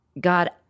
God